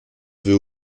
veut